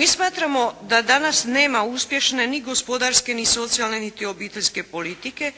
Mi smatramo da danas nema uspješne ni gospodarske, ni socijalne, ni obiteljske politike,